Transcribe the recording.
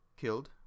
killed